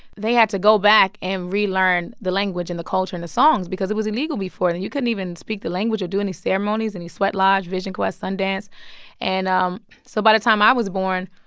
they had to go back and relearn the language and the culture and the songs because it was illegal before. and you couldn't even speak the language or do any ceremonies any sweat lodge, vision quests, sun dance and um so by the time i was born,